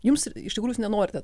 jums iš tikrųjų jūs nenorite